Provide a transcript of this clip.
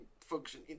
function